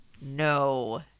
No